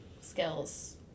skills